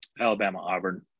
Alabama-Auburn